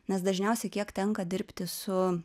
nes dažniausiai kiek tenka dirbti su